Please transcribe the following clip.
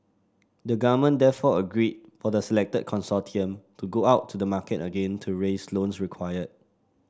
the government therefore agreed for the selected consortium to go out to the market again to raise the loans required